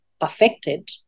perfected